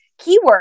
keyword